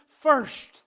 first